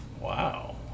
Wow